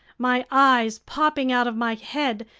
my eyes popping out of my head,